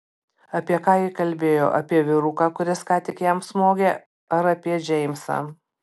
apie ką ji kalbėjo apie vyruką kuris ką tik jam smogė ar apie džeimsą